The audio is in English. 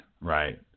right